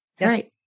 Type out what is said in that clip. Right